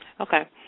Okay